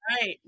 right